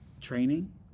training